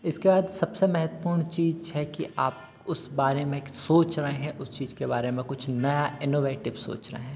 इसके बाद सबसे महत्वपूर्ण चीज है कि आप उस बारे में एक सोच रहें उस चीज के बारे में नया इनोवेटिव सोच रहे हैं